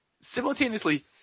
simultaneously